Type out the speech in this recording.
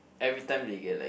everytime they get like